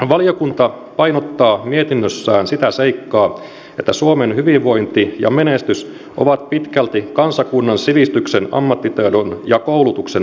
valiokunta painottaa mietinnössään sitä seikkaa että suomen hyvinvointi ja menestys ovat pitkälti kansakunnan sivistyksen ammattitaidon ja koulutuksen ansiota